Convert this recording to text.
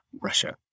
Russia